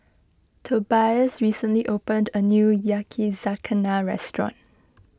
Tobias recently opened a new Yakizakana restaurant